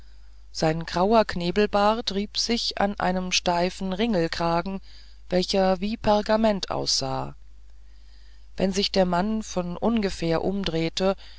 sein grauer knebelbart rieb sich an einem steifen ringelkragen welcher wie pergament aussah wenn sich der mann von ungefähr umdrehte